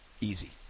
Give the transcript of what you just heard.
Easy